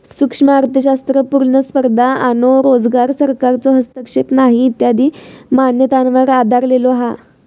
सूक्ष्म अर्थशास्त्र पुर्ण स्पर्धा आणो रोजगार, सरकारचो हस्तक्षेप नाही इत्यादी मान्यतांवर आधरलेलो हा